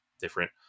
different